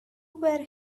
were